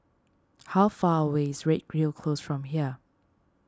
how far away is Redhill Close from here